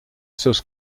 seus